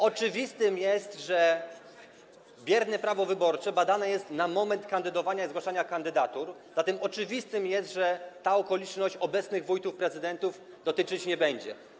Oczywiste jest, że bierne prawo wyborcze badane jest na moment kandydowania i zgłaszania kandydatur, zatem oczywiste jest, że ta okoliczność obecnych wójtów, prezydentów dotyczyć nie będzie.